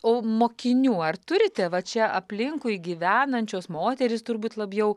o mokinių ar turite va čia aplinkui gyvenančios moterys turbūt labiau